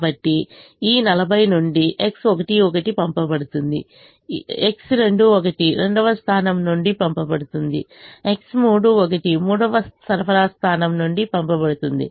కాబట్టి ఈ 40 నుండి X11 పంపబడుతుంది X21 రెండవ సరఫరా స్థానం నుండి పంపబడుతుంది X31 మూడవ సరఫరా స్థానం నుండి పంపబడుతుంది